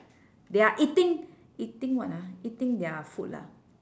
they're eating eating what ah eating their food lah